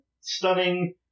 stunning